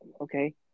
okay